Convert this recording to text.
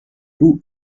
two